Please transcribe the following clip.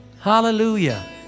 Hallelujah